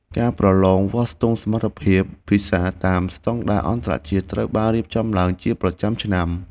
ការប្រឡងវាស់ស្ទង់សមត្ថភាពភាសាតាមស្តង់ដារអន្តរជាតិត្រូវបានរៀបចំឡើងជាប្រចាំឆ្នាំ។